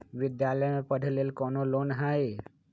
विद्यालय में पढ़े लेल कौनो लोन हई?